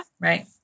Right